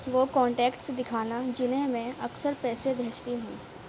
وہ کانٹیکٹس دکھانا جنہیں میں اکثر پیسے بھیجتی ہوں